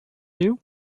you